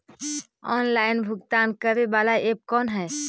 Online भुगतान करे बाला ऐप कौन है?